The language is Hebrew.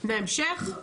להמשך?